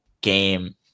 game